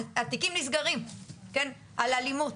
התיקים נסגרים על אלימות.